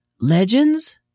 legends